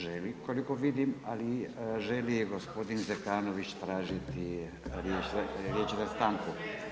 Želi koliko vidim, ali želi gospodin Zekanović, tražiti riječ za stanku.